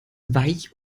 weich